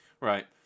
Right